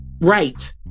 right